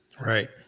Right